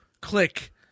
click